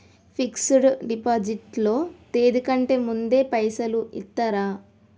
Fix డ్ deposit లో తేది కంటే ముందే పైసలు ఇత్తరా?